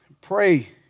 Pray